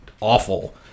awful